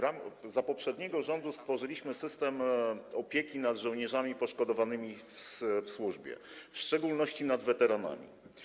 Za czasów poprzedniego rządu stworzyliśmy system opieki nad żołnierzami poszkodowanymi w trakcie służby, w szczególności nad weteranami.